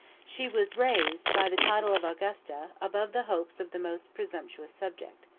she was raised, by the title of augusta, above the hopes of the most presumptuous subject.